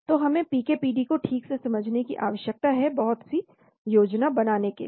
तो हमें पीके और पीडी को ठीक से समझने की आवश्यकता है बहुत सी योजना बनाने के लिए